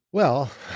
well,